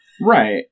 Right